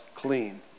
clean